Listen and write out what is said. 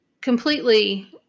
completely